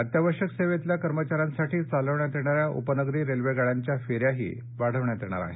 अत्यावश्यक सेवेतल्या कर्मचाऱ्यांसाठी चालवण्यात येणाऱ्या उपनगरी रेल्वे गाड्यांच्या फेऱ्याही वाढवण्यात येणार आहेत